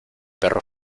perro